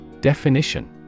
Definition